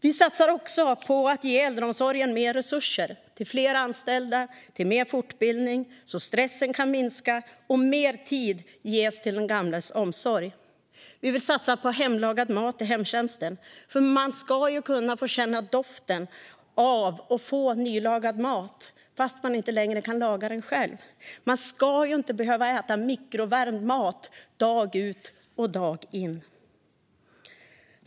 Vi satsar också på att ge äldreomsorgen mer resurser till fler anställda och mer fortbildning, så att stressen kan minska och mer tid ges till den gamlas omsorg. Vi vill satsa på hemlagad mat i hemtjänsten, för man ska kunna få känna doften av och få nylagad mat trots att man inte längre kan laga den själv. Man ska inte behöva äta mikrovärmd mat dag ut och dag in.